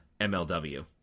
MLW